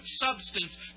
substance